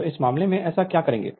तो इस मामले में हम क्या करेंगे